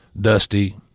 dusty